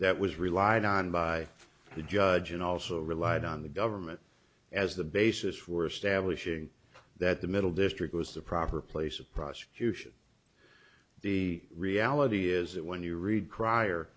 that was relied on by the judge and also relied on the government as the basis for establishing that the middle district was the proper place of prosecution the reality is that when you read